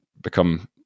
become